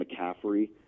McCaffrey